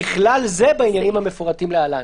ובכלל זה בעניינים המפורטים להלן,